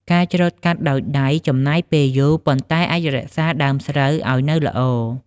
ការច្រូតកាត់ដោយដៃចំណាយពេលយូរ ប៉ុន្តែអាចរក្សាដើមស្រូវឱ្យនៅល្អ។